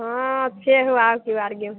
हाँ